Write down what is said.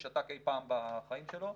שנסראללה שתק אי פעם בחיים שלו.